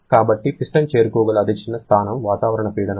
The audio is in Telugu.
కాబట్టి పిస్టన్ చేరుకోగల అతి చిన్న స్థానం వాతావరణ పీడనం